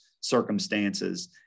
circumstances